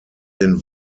den